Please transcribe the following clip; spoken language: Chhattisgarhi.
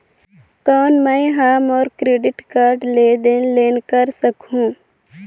कौन मैं ह मोर क्रेडिट कारड ले लेनदेन कर सकहुं?